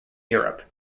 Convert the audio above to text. europe